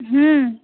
हम्म